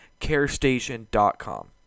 carestation.com